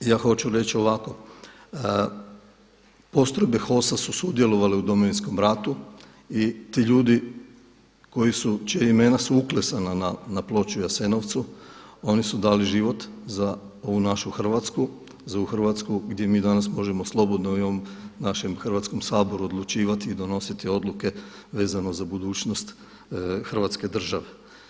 Ja hoću reći ovako postrojbe HOS-a su sudjelovale u Domovinskom ratu i ti ljudi koji su, čija imena su uklesana na ploči u Jasenovcu oni su dali život za ovu našu Hrvatsku, za ovu Hrvatsku gdje mi danas možemo slobodno i u ovom našem Hrvatskom saboru odlučivati i donositi odluke vezano za budućnost hrvatske države.